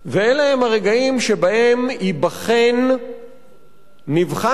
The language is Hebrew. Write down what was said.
ואלה הם הרגעים שבהם נבחן וייבחן